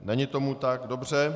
Není tomu tak, dobře.